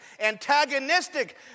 antagonistic